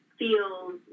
feels